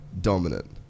dominant